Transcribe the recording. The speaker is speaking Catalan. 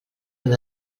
però